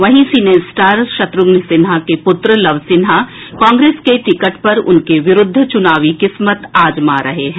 वहीं सिनेस्टार शत्रुघ्न सिन्हा के पुत्र लव सिन्हा कांग्रेस के टिकट पर उनके विरुद्व चुनावी किस्मत आजमा रहे हैं